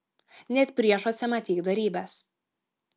net priešuose matyk dorybes